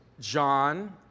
John